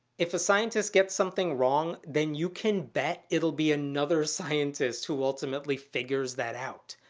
if a scientist gets something wrong, then you can bet it'll be another scientist who ultimately figures that out.